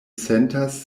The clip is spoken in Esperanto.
sentas